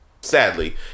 Sadly